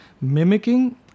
mimicking